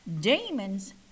Demons